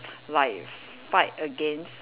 like fight against